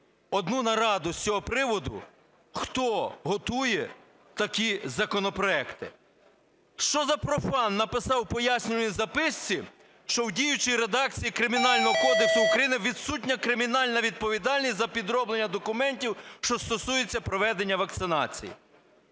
одну нараду з цього приводу – хто готує такі законопроекти? Що за профан написав в пояснювальній записці, що в діючій редакції Кримінального кодексу України відсутня кримінальна відповідальність за підроблення документів, що стосується проведення вакцинації?